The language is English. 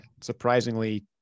surprisingly